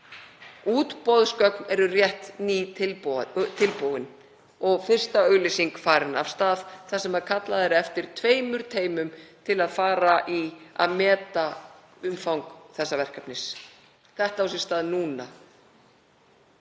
Útboðsgögn eru rétt nýtilbúin og fyrsta auglýsing farin af stað þar sem kallað er eftir tveimur teymum til að fara í að meta umfang þessa verkefnis. Þetta á sér stað núna.